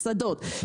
מסעדות,